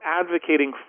advocating